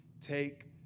Take